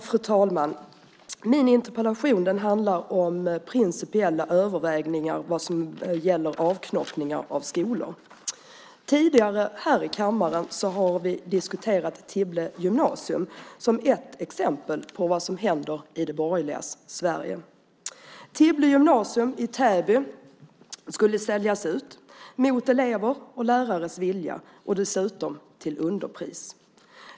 Fru talman! Min interpellation handlar om principiella överväganden när det gäller avknoppningar av skolor. Tidigare har vi här i kammaren diskuterat Tibble gymnasium som ett exempel på vad som händer i det borgerligas Sverige. Tibble gymnasium i Täby skulle säljas ut, mot elevers och lärares vilja - dessutom till underpris.